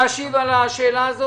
נפגשנו אצל שר העבודה והרווחה.